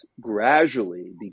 gradually